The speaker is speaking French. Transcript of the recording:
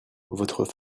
votre